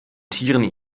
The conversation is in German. tieren